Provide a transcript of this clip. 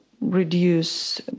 reduce